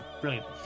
Brilliant